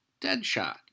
Deadshot